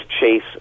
chase